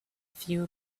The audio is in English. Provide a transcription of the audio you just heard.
few